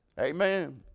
Amen